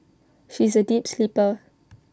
she is A deep sleeper